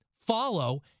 follow